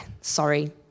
sorry